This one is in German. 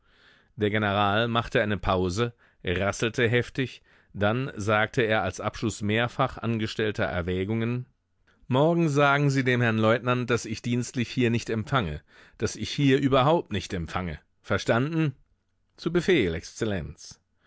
der general machte eine pause rasselte heftig dann sagte er als abschluß mehrfach angestellter erwägungen morgen sagen sie dem herrn leutnant daß ich dienstlich hier nicht empfange daß ich hier überhaupt nicht empfange verstanden zu befehl exzellenz